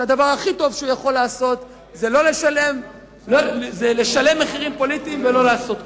שהדבר הכי טוב שהוא יכול לעשות זה לשלם מחירים פוליטיים ולא לעשות כלום.